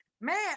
Man